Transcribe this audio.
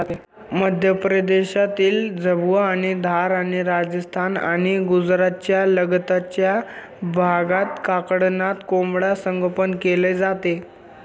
मध्य प्रदेशातील झाबुआ आणि धार आणि राजस्थान आणि गुजरातच्या लगतच्या भागात कडकनाथ कोंबडा संगोपन केले जाते